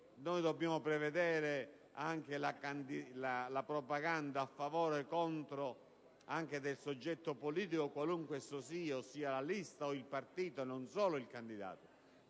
di prevedere anche la propaganda a favore e contro un soggetto politico qualunque esso sia, la lista o il partito e non solo il candidato.